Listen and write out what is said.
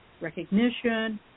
recognition